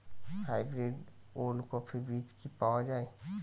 Hybrid ওলকফি বীজ কি পাওয়া য়ায়?